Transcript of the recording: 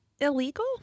illegal